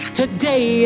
today